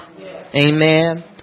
amen